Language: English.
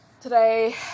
today